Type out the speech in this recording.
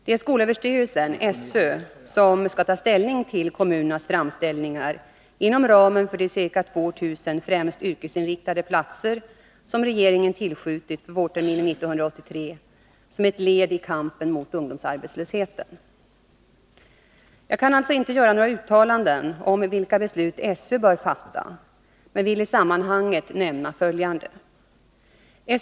Det är skolöverstyrelsen som skall ta ställning till kommunernas framställningar inom ramen för de ca 2 000 främst yrkesinriktade platser som regeringen tillskjutit för vårterminen 1983 som ett led i kampen mot ungdomsarbetslösheten. Jag kan alltså inte göra några uttalanden om vilka beslut SÖ bör fatta, men vill i sammanhanget nämna följande.